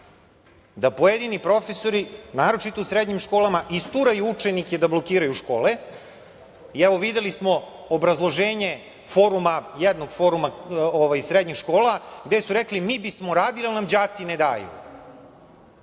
da pojedini profesori, naročito u srednjim školama, isturaju učenike da blokiraju škole? Evo, videli smo obrazloženje jednog foruma srednjih škola gde su rekli - mi bismo radili ali nam đaci ne daju.